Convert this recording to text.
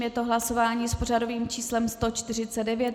Je to hlasování s pořadovým číslem 149.